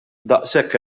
daqshekk